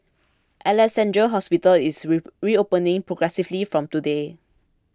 Alexandra Hospital is re reopening progressively from today